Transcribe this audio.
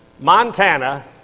Montana